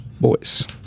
boys